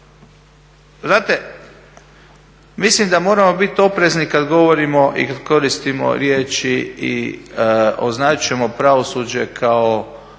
znate mislim da moramo biti oprezni kada govorimo i kada koristimo riječi i označujemo pravosuđe kao